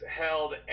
held